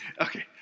Okay